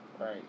Right